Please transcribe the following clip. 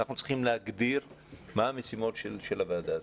אנחנו צריכים להגדיר מה משימות הוועדה הזאת.